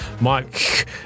Mike